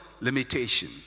limitation